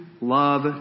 love